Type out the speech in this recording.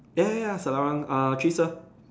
ya ya ya Selarang uh three sir